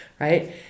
right